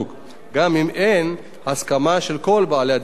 גם אם אין הסכמה של כל בעלי הדירות,